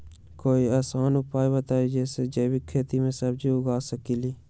कोई आसान उपाय बताइ जे से जैविक खेती में सब्जी उगा सकीं?